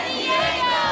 Diego